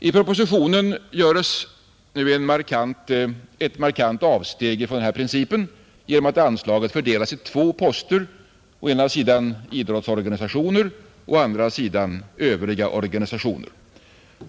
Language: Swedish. I propositionen görs nu ett markant avsteg från den principen genom att anslaget fördelas i två poster, nämligen å ena sidan till idrottsorganisationer, å andra sidan till övriga organisationer.